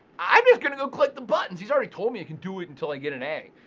i'm just gonna go click the buttons. he's already told me i can do it until i get an a.